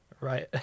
right